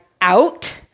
out